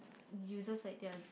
uses like their